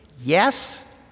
yes